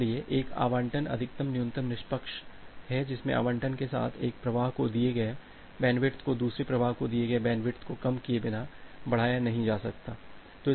इसलिए एक आवंटन अधिकतम न्यूनतम निष्पक्ष है जिसमे आवंटन के साथ एक प्रवाह को दिए गए बैंडविड्थ को दूसरे प्रवाह को दिए गए बैंडविड्थ को कम किए बिना बढ़ाया नहीं जा सकता है